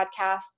podcasts